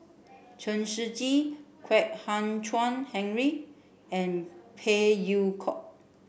Chen Shiji Kwek Hian Chuan Henry and Phey Yew Kok